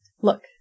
Look